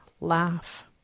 laugh